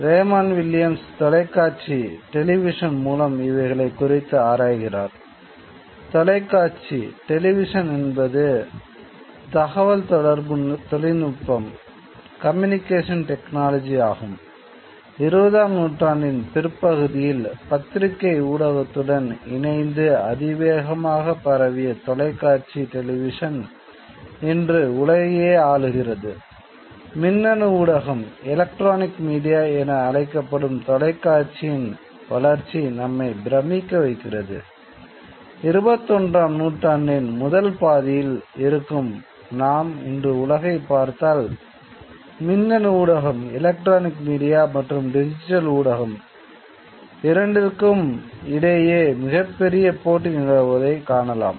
Raymond Williams தொலைக்காட்சி இரண்டிற்கும் இடையே மிகப்பெரியப் போட்டி நிலவுவதைக் காணலாம்